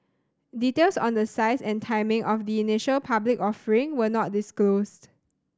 details on the size and timing of the initial public offering were not disclosed